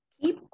keep